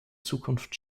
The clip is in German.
zukunft